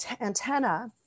antenna